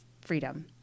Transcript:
freedom